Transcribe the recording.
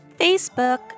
Facebook